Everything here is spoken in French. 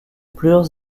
plusieurs